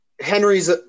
Henry's